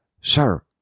Sir